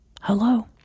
Hello